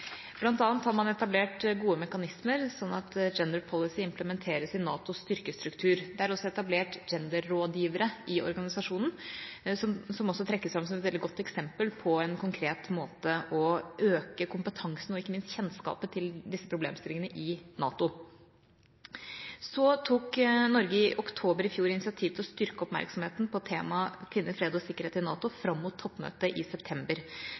har man etablert gode mekanismer, sånn at «gender policy» implementeres i NATOs styrkestruktur. Det er også etablert genderrådgivere i organisasjonen, noe som det trekkes fram som et veldig godt eksempel på en konkret måte å øke kompetansen og ikke minst kjennskapen til disse problemstillingene i NATO på. Norge tok i oktober i fjor initiativ til å styrke oppmerksomheten om temaet kvinner, fred og sikkerhet i NATO fram mot toppmøtet i september.